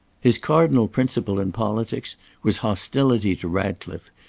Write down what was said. his cardinal principle in politics was hostility to ratcliffe,